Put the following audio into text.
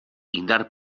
indar